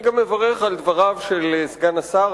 אני גם מברך על דבריו של סגן השר,